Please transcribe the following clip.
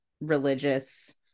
religious